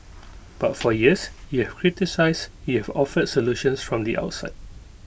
but for years criticised offered solutions from the outside